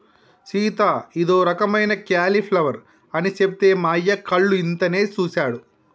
సీత ఇదో రకమైన క్యాలీఫ్లవర్ అని సెప్తే మా అయ్య కళ్ళు ఇంతనేసి సుసాడు